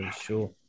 sure